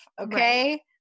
Okay